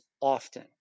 often